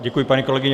Děkuju, paní kolegyně.